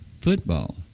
football